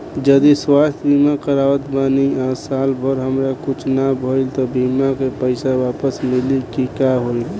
जदि स्वास्थ्य बीमा करावत बानी आ साल भर हमरा कुछ ना भइल त बीमा के पईसा वापस मिली की का होई?